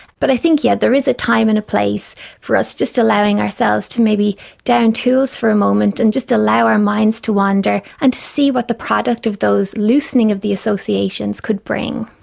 but i think, yes, there is a time and a place for us just allowing ourselves to maybe down-tools for a moment and just allow our minds to wander and to see what the product of those loosening of the associations could bring.